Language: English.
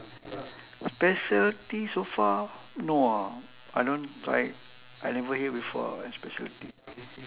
specialty so far no ah I don't try I never hear before ah any specialty